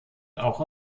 auch